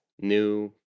new